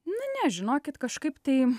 na ne žinokit kažkaip tai